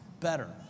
better